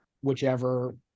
whichever